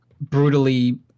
brutally